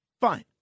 Fine